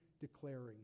declaring